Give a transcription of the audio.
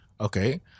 Okay